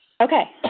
Okay